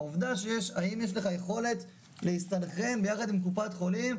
העובדה של האם יש לך יכולת להסתנכרן יחד עם קופת חולים,